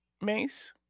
Mace